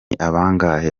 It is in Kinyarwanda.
bangahe